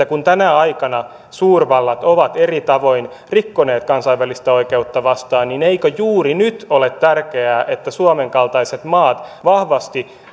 kun tänä aikana suurvallat ovat eri tavoin rikkoneet kansainvälistä oikeutta vastaan niin eikö juuri nyt ole tärkeää että suomen kaltaiset maat vahvasti